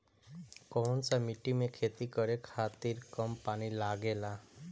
कौन सा मिट्टी में खेती करे खातिर कम पानी लागेला?